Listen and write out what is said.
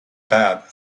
bad